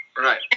Right